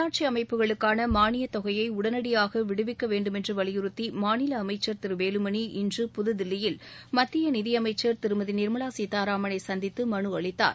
உள்ளாட்சி அமைப்புகளுக்கான மானியத் தொகையை உடனடியாக விடுவிக்க வேண்டுமென்று வலியுறுத்தி மாநில அமைச்சர் திரு வேலுமணி இன்று புதுதில்லியில் மத்திய நிதி அமைச்சர் திருமதி நிர்மலா சீதாராமனை சந்தித்து மனு அளித்தார்